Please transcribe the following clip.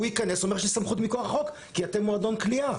והוא ייכנס ויגיד שיש לו סמכות מכוח החוק כי זה מועדון קליעה.